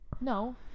No